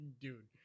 Dude